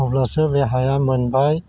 अब्लासो बे हाया मोनबाय